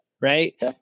right